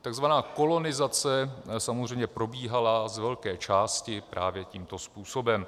Takzvaná kolonizace samozřejmě probíhala z velké části právě tímto způsobem.